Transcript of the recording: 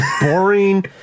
Boring